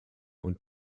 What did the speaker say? und